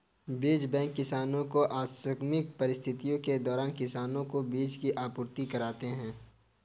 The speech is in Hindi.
बीज बैंक किसानो को आकस्मिक परिस्थितियों के दौरान किसानो को बीज की आपूर्ति कराते है